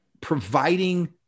providing